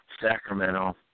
Sacramento